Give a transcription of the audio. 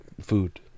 Food